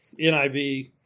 NIV